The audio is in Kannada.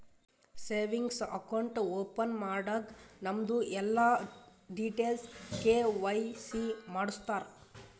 ಸೇವಿಂಗ್ಸ್ ಅಕೌಂಟ್ ಓಪನ್ ಮಾಡಾಗ್ ನಮ್ದು ಎಲ್ಲಾ ಡೀಟೇಲ್ಸ್ ಕೆ.ವೈ.ಸಿ ಮಾಡುಸ್ತಾರ್